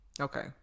okay